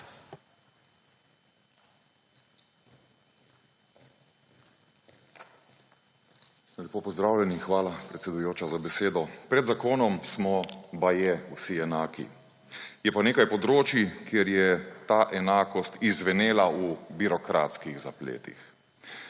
Lepo pozdravljeni! Hvala, predsedujoča, za besedo. Pred zakonom smo baje vsi enaki. Je pa nekaj področij, kjer je ta enakost izzvenela v birokratskih zapletih.